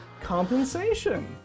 compensation